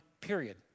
period